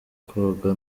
koga